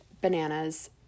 bananas